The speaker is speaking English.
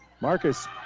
Marcus